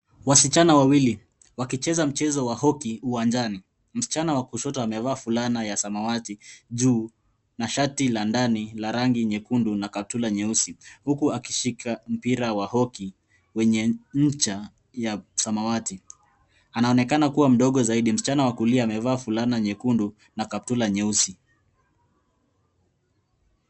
Wasichana wawili wakicheza mchezo wa hockey uwanjani. Msichana wa kushoto amevaa fulana ya samawati juu na shati la ndani la rangi nyekundu na kaptula nyeusi huku akishika mpira wa hockey wenye ncha ya samawati. Anaonekana kuwa mdogo zaidi. Msichana wa kulia amevaa fulana nyekundu na kaptula nyeusi.